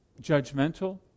judgmental